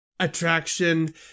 attraction